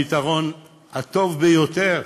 את הפתרון הטוב ביותר